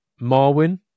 Marwin